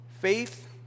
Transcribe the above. Faith